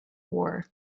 war